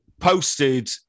posted